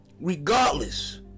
Regardless